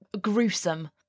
gruesome